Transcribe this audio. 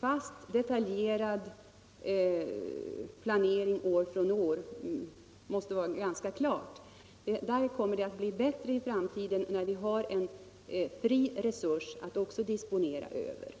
fast detaljerad planering år från år. Det kommer att bli bättre i framtiden när det inom ramen finns en fri resurs att disponera över.